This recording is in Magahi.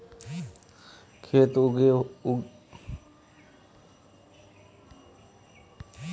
खेत उगोहो के कटाई में कुंसम करे करूम?